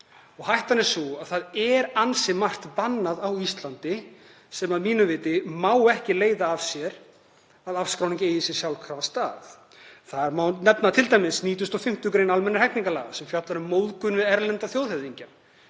stafar af því að það er ansi margt bannað á Íslandi sem að mínu viti má ekki leiða af sér að afskráning eigi sér sjálfkrafa stað. Þar má nefna 95. gr. almennra hegningarlaga sem fjallar um móðgun við erlenda þjóðhöfðingja.